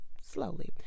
slowly